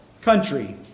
country